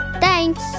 Thanks